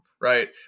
right